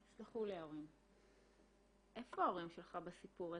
סלחו לי ההורים, איפה ההורים שלך בסיפור הזה?